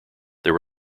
their